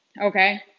Okay